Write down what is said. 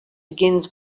begins